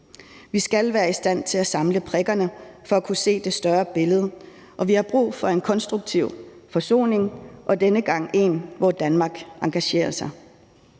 Vi skal være i stand til at forbinde prikkerne for at kunne se det større billede, og vi har brug for en konstruktiv forsoning – og denne gang en, hvor Danmark engagerer sig.